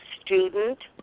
Student